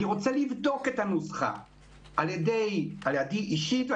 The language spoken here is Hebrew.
אני רוצה לראות שלא נפלה איזושהי טעות קוהרנטית בתוך הנוסחה עצמה,